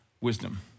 wisdom